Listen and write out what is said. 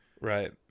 Right